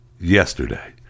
yesterday